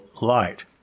light